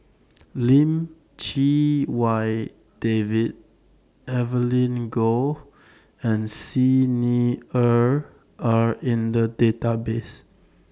Lim Chee Wai David Evelyn Goh and Xi Ni Er Are in The Database